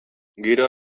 giro